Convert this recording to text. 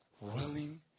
willing